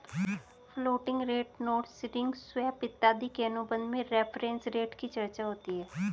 floating rate notes ring swap इत्यादि के अनुबंध में रेफरेंस रेट की चर्चा होती है